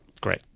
Great